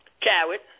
Coward